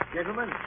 Gentlemen